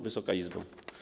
Wysoka Izbo!